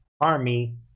army